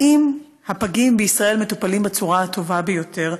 האם הפגים בישראל מטופלים בצורה הטובה ביותר?